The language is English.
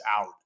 out